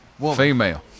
Female